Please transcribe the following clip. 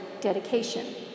dedication